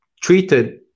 treated